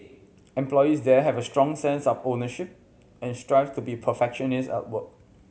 employees there have a strong sense of ownership and strive to be perfectionist at work